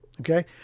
Okay